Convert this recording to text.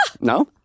No